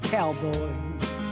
Cowboys